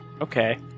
Okay